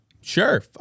sure